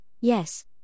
yes